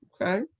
Okay